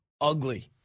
Ugly